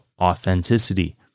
authenticity